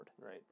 Right